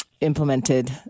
Implemented